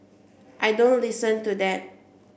I don't listen to that